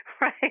Right